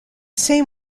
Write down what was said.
same